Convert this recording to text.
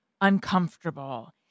uncomfortable